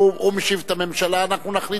הוא משיב את תשובת הממשלה, אנחנו נחליט אחר כך.